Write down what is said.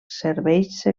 sexuals